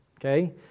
okay